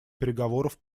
переговоров